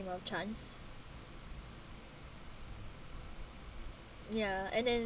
of chance ya and then